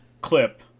clip